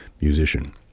musician